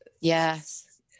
yes